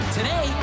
Today